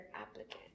applicant